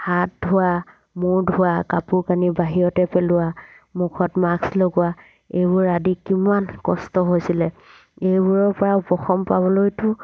হাত ধোৱা মূৰ ধোৱা কাপোৰ কানি বাহিৰতে পেলোৱা মুখত মাস্ক লগোৱা এইবোৰ আদি কিমান কষ্ট হৈছিলে এইবোৰৰ পৰা উপশম পাবলৈতো